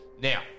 now